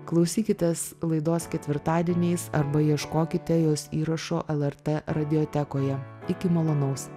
klausykitės laidos ketvirtadieniais arba ieškokite jos įrašo lrt radiotekoje iki malonaus